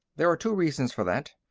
there are two reasons for that.